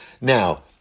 Now